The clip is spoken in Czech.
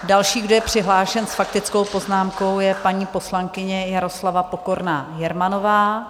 Další, kdo je přihlášen s faktickou poznámkou, je paní poslankyně Jaroslava Pokorná Jermanová.